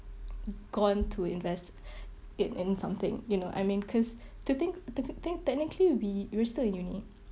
gone to invest it in something you know I mean cause to think to think technically we we're still in uni